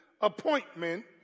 appointment